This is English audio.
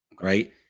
Right